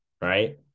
right